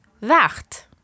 wacht